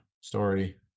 Story